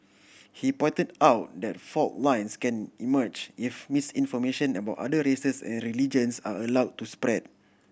he pointed out that fault lines can emerge if misinformation about other races and religions are allowed to spread